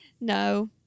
No